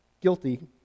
guilty